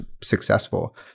successful